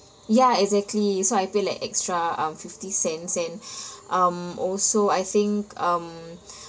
ya exactly so I paid like extra uh fifty cents and um also I think um